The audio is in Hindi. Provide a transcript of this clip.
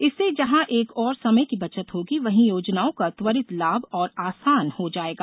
इससे जहां एक ओर समय की बचत होगी वहीं योजनाओं का त्वरित लाभ और आसान हो जायेगा